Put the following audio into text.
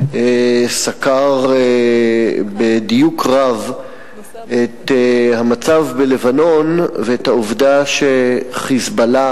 סקר בדיוק רב את המצב בלבנון ואת העובדה ש"חיזבאללה"